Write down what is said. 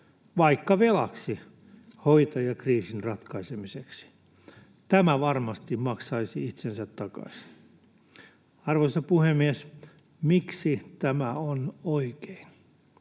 vaikka velaksi, hoitajakriisin ratkaisemiseksi? Tämä varmasti maksaisi itsensä takaisin. Arvoisa puhemies! Miksi tämä on oikein?